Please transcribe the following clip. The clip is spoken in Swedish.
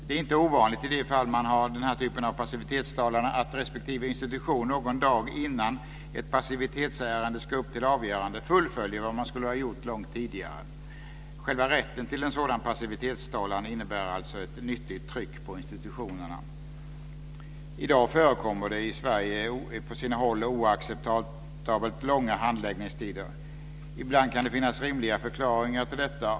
Det är inte ovanligt i de fall man har den här typen av passivitetstalan att respektive institution någon dag innan ett passivitetsärende ska upp till avgörande fullföljer vad man skulle ha gjort långt tidigare. Själva rätten till en sådan passivitetstalan innebär alltså ett nyttigt tryck på institutionerna. I dag förekommer det i Sverige på sina håll oacceptabelt långa handläggningstider. Ibland kan det finnas rimliga förklaringar till det.